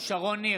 שרון ניר,